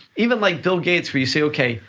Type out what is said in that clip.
even like bill gates, where you say, okay,